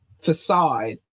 facade